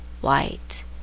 White